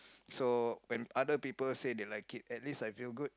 so when other people say they like it at least I feel good